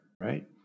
right